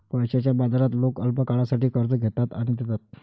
पैशाच्या बाजारात लोक अल्पकाळासाठी कर्ज घेतात आणि देतात